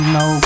no